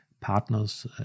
partners